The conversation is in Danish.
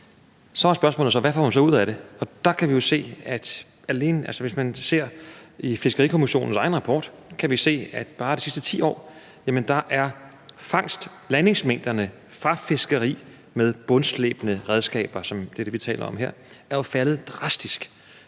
Så er spørgsmålet: Hvad får man så ud af det? Og i Fiskerikommissionens egen rapport kan vi se, at bare de sidste 10 år er fangstlandingsmængderne fra fiskeri med bundslæbende redskaber, som er det, vi taler om her, faldet drastisk.